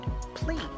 please